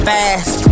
Fast